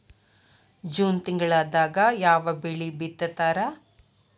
June ತಿಂಗಳದಾಗ ಯಾವ ಬೆಳಿ ಬಿತ್ತತಾರ?